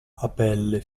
apelle